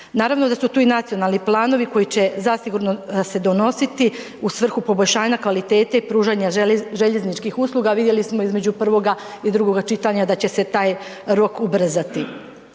Naravno da su tu i nacionalni planovi koji će zasigurno se donositi u svrhu poboljšanja kvalitete i pružanja željezničkih usluga, vidjeli smo između prvoga i drugoga čitanja da će se taj rok ubrzati.